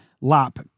lap